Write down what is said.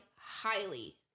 highly